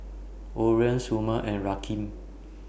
Oren Somer and Rakeem